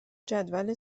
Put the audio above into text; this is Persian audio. جدول